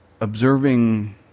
observing